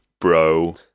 bro